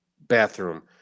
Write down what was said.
bathroom